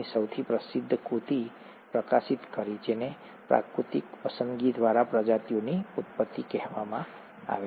તેમની સૌથી પ્રસિદ્ધ કૃતિ પ્રકાશિત કરી જેને પ્રાકૃતિક પસંદગી દ્વારા પ્રજાતિઓની ઉત્પત્તિ કહેવામાં આવે છે